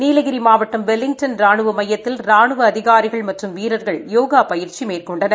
நீலகிரி மாவட்டம் வெலிங்டன் ராணுவ மையத்தில் ராணுவ அதிகாரிகள் மற்றும் வீரர்கள் யோகா பயிற்சி மேற்கொண்டனர்